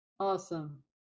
Awesome